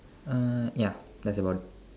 uh ya that's about it